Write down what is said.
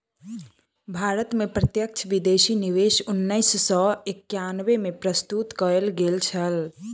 भारत में प्रत्यक्ष विदेशी निवेश उन्नैस सौ एकानबे में प्रस्तुत कयल गेल छल